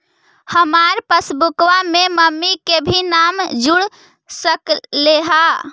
हमार पासबुकवा में मम्मी के भी नाम जुर सकलेहा?